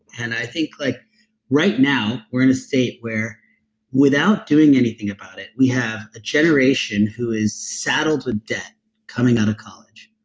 and i think like right now we're in a state where without doing anything about it, we have a generation who is saddled with debt coming out of college,